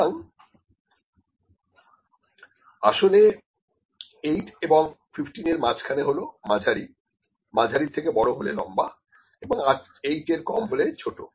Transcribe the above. সুতরাং আসলে 8 এবং 15 এর মাঝখানে হল মাঝারি মাঝারির থেকে বড় হলে লম্বা এবং 8 এর কম হলে ছোট